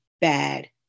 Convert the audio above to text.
bad